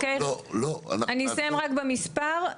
אני אסיים רק במספר,